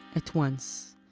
at once.